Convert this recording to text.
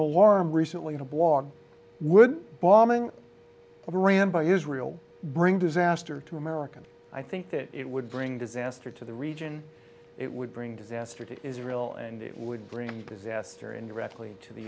alarm recently in a blog would bombing iran by israel bring disaster to america i think it would bring disaster to the region it would bring disaster to israel and it would bring disaster indirectly to the